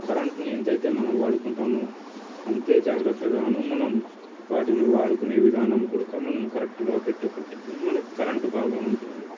కరెంట్ని ఎంత అయితే మనం వాడుకుంటామో అంతే జాగ్రత్తగాను మనం వాటిని వాడుకునే విధానం కూడక మనం కరెక్ట్గా పెట్టుకుంటే మనకి కరెంటు బాగా ఉంటుంది